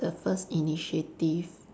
the first initiative